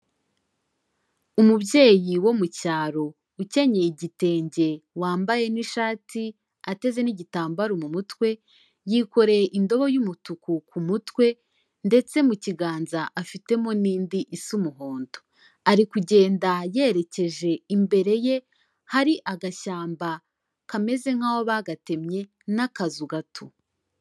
Umubyeyi wo mu cyaro ukenyeye igitenge, wambaye n'ishati ateze n'igitambaro mu mutwe yikoreye indobo y'umutuku ku mutwe ndetse mu kiganza afitemo n'indi isa umuhondo, ari kugenda yerekeje imbere ye hari agashyamba kameze nk'aho bagatemye n'akazu gato.